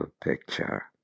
picture